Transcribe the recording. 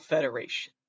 Federation